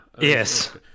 Yes